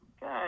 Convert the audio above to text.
Good